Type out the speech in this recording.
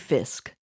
Fisk